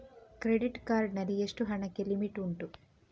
Credit card ನಲ್ಲಿ ಎಷ್ಟು ಹಣಕ್ಕೆ ಲಿಮಿಟ್ ಉಂಟು?